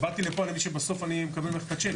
באתי לפה ואני מבין שבסוף אני מקבל ממך את הצ'ק.